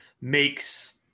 makes